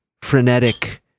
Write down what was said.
frenetic